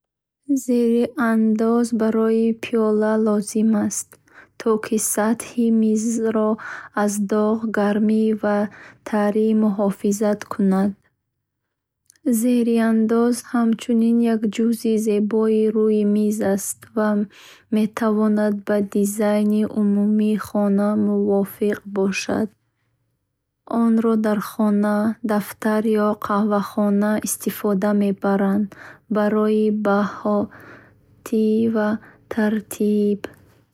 Зериандоз барои пиёла лозим аст, то ки сатҳи мизро аз доғ, гармӣ ва тарӣ муҳофизат кунад. Зериандоз ҳамчунин як ҷузъи зебоии рӯйи миз аст. Ва метавонад ба дизайни умумии хона мувофиқ бошад. Онро дар хона, дафтар ё қаҳвахона истифода мебаранд барои бароҳатӣ ва тартиб.